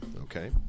Okay